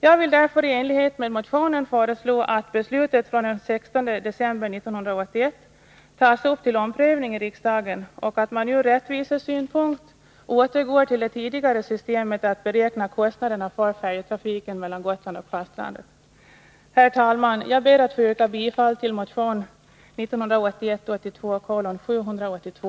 Jag vill därför i enlighet med motionen föreslå att beslutet från den 16 december 1981 tas upp till omprövning i riksdagen och att man av rättviseskäl återgår till det tidigare systemet att beräkna kostnaderna för färjetrafiken mellan Gotland och fastlandet. Herr talman! Jag ber att få yrka bifall till motionen 1981/82:782.